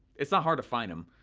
it's not hard to fine them,